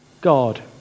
God